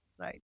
right